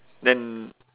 then